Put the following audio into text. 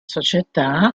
società